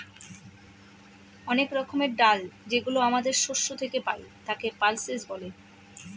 অনেক রকমের ডাল যেগুলো আমাদের শস্য থেকে পাই, তাকে পালসেস বলে